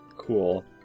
Cool